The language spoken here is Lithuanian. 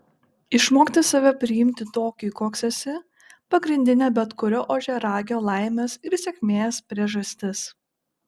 išmokti save priimti tokį koks esi pagrindinė bet kurio ožiaragio laimės ir sėkmės priežastis